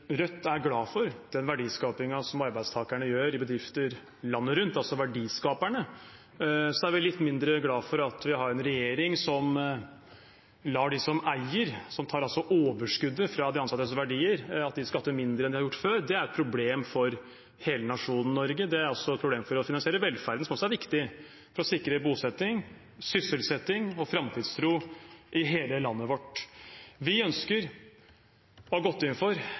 Rødt er glad for den verdiskapingen arbeidstakerne gjør i bedrifter landet rundt, altså verdiskaperne. Så er vi litt mindre glad for at vi har en regjering som lar dem som eier og tar overskuddet fra de ansattes verdier, skatter mindre enn de har gjort før. Det er et problem for hele nasjonen Norge og et problem for å finansiere velferden, som også er viktig for å sikre bosetting, sysselsetting og framtidstro i hele landet vårt. Vi ønsker, og har gått